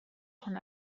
són